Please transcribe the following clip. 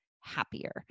happier